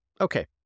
Okay